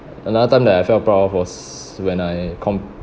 another time that I felt proud of was when I